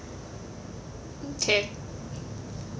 okay